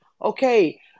Okay